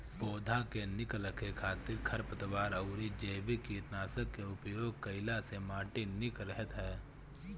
पौधा के निक रखे खातिर खरपतवार अउरी जैविक कीटनाशक के उपयोग कईला से माटी निक रहत ह